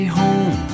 home